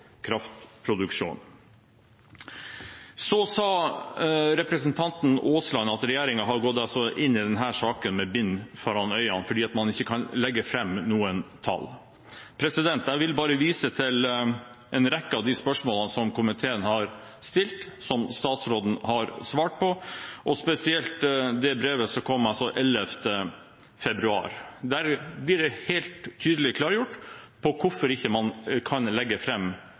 kraftproduksjon. Så sa representanten Aasland at regjeringen har gått inn i denne saken med bind foran øynene, fordi man ikke kan legge fram noen tall. Jeg vil bare vise til en rekke av de spørsmålene som komiteen har stilt, som statsråden har svart på, og spesielt det brevet som kom 11. februar. Der blir det helt tydelig klargjort hvorfor man ikke kan legge